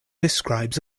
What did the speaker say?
describes